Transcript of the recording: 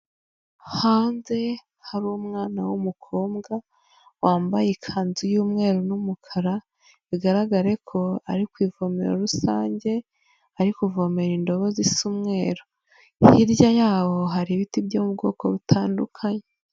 Hanze hari umwana w'umukobwa wambaye ikanzu y'umweru n'umukara, bigaragare ko ari ku ivomero rusange ari kuvomera indobo zisa umweru hirya yaho hari ibiti byo mu bwoko butandukanye.